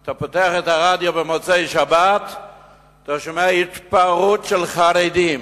אתה פותח את הרדיו במוצאי-שבת ואתה שומע "התפרעות של חרדים",